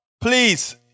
Please